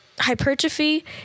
hypertrophy